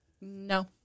No